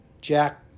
jack